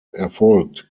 erfolgt